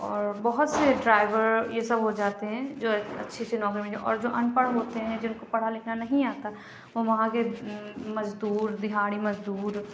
اور بہت سے ڈرائیور یہ سب ہو جاتے ہیں جو اچھی اچھی نوکری مل جاتی ہے اور جو اَن پڑھ ہوتے ہیں جن کو پڑھنا لکھنا نہیں آتا وہ وہاں کے مزدور دہاڑی مزدور